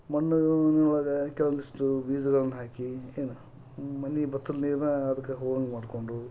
ಮಣ್ಣು ಒಳಗೆ ಕೆಲೊಂದಿಷ್ಟು ಬೀಜಗಳನ್ನು ಹಾಕಿ ಏನು ಮನೆ ಬಚ್ಚಲು ನೀರನ್ನು ಅದಕ್ಕೆ ಹೋಗೊಂಗೆ ಮಾಡಿಕೊಂಡು